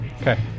Okay